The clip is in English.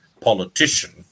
politician